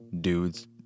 dudes